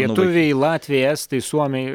lietuviai latviai estai suomiai